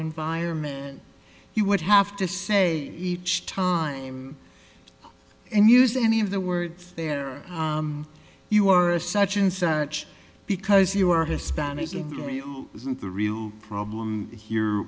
environment you would have to say each time and use any of the words there you are a such and such because you are hispanic isn't the real problem here